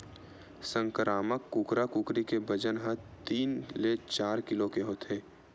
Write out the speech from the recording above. संकरामक कुकरा कुकरी के बजन ह तीन ले चार किलो के होथे